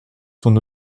son